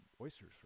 oysters